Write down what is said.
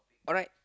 alright